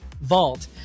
vault